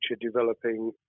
developing